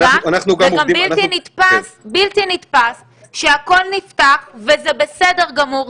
זה גם בלתי נתפס שהכול נפתח וזה בסדר גמור,